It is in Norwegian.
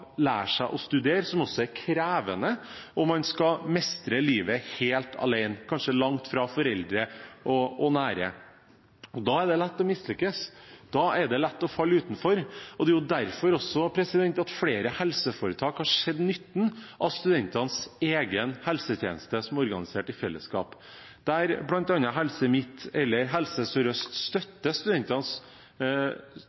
lære seg å studere, som også er krevende, og man skal mestre livet helt alene, kanskje langt fra foreldre og nære. Da er det lett å mislykkes. Da er det lett å falle utenfor. Det er også derfor flere helseforetak har sett nytten av studentenes egen helsetjeneste, som er organisert i fellesskap, der bl.a. Helse Midt-Norge eller Helse